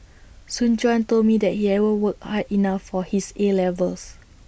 Soon Juan told me that he hadn't worked hard enough for his A levels